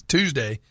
Tuesday